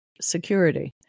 Security